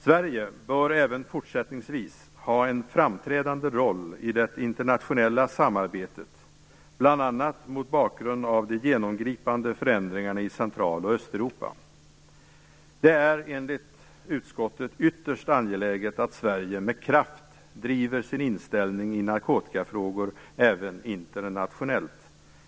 Sverige bör även fortsättningsvis ha en framträdande roll i det internationella samarbetet, bl.a. mot bakgrund av de genomgripande förändringarna i Det är enligt utskottet ytterst angeläget att Sverige med kraft driver sin inställning i narkotikafrågor även internationellt.